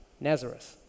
Nazareth